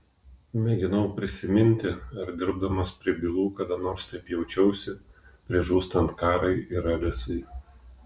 mėginau prisiminti ar dirbdamas prie bylų kada nors taip jaučiausi prieš žūstant karai ir alisai